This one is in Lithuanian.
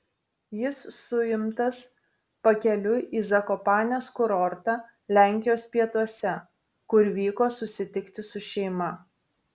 jis suimtas pakeliui į zakopanės kurortą lenkijos pietuose kur vyko susitikti su šeima